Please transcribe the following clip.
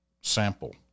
sample